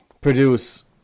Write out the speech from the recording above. produce